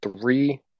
three